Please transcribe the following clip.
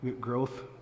growth